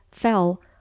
fell